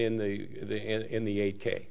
in the in the eight k